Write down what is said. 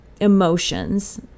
emotions